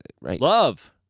love